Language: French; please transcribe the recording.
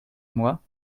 moi